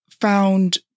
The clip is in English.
found